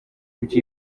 ibyo